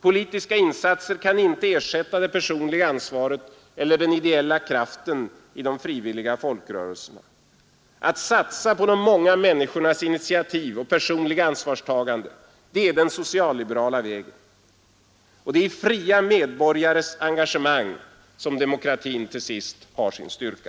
Politiska insatser kan inte ersätta det personliga ansvaret eller den ideella kraften i de frivilliga folkrörelserna. Att satsa på de många människornas initiativ och personliga ansvarstagande är den socialliberala vägen, och det är i fria medborgares engagemang som demokratin till sist har sin styrka.